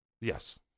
Yes